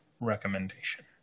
recommendation